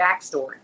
backstory